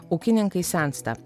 ūkininkai sensta